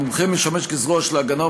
המומחה משמש זרוע של ההגנה,